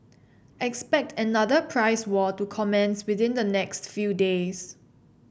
expect another price war to commence within the next few days